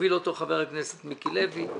והוביל אותו חבר הכנסת מיקי לוי.